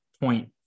point